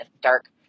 dark